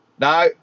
No